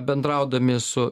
bendraudami su